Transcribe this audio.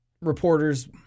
Reporters